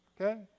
okay